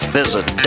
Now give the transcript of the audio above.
visit